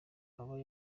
aba